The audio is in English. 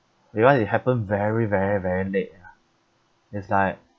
that [one] it happen very very very late ah it's like